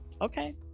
Okay